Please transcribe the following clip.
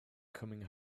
coming